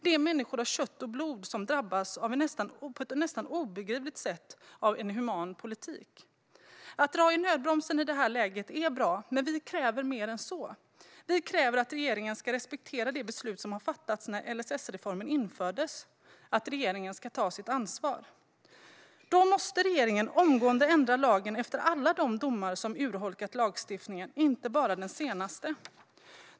Det är människor av kött och blod som drabbas på ett nästan obegripligt sätt av en inhuman politik. Att dra i nödbromsen i detta läge är bra, men vi kräver mer än så. Vi kräver att regeringen ska respektera det beslut som fattades när LSS-reformen infördes: att regeringen ska ta sitt ansvar. Då måste regeringen omgående ändra lagen efter alla de domar som har urholkat lagstiftningen, och inte bara den senaste.